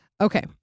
Okay